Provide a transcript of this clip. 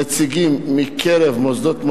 נציגים מקרב מוסדות מדעיים,